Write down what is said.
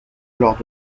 lors